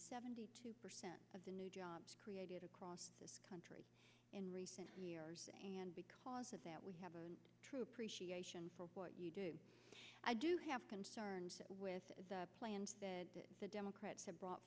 seventy two percent of the new jobs created across this country in recent years and because of that we have a true prescience and for what you do i do have concerns with the plans that the democrats have brought